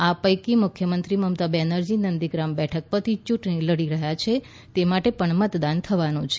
આ પૈકી મુખ્યમંત્રી મમતા બેનરજી નંદીગ્રામ બેઠક પરથી ચુંટણી લડી રહ્યા છે તે માટે પણ મતદાન થવાનું છે